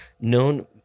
known